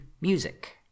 music